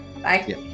bye